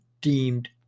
deemed